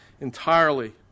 entirely